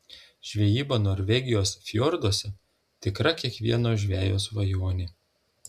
žvejyba norvegijos fjorduose tikra kiekvieno žvejo svajonė